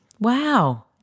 Wow